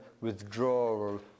withdrawal